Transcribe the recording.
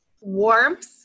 Warmth